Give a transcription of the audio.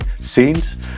scenes